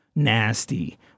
Nasty